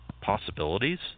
possibilities